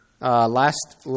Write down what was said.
Last